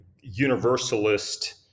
universalist